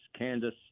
Candace